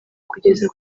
kugeza